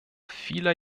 vieler